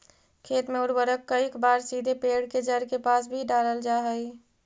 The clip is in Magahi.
खेत में उर्वरक कईक बार सीधे पेड़ के जड़ के पास भी डालल जा हइ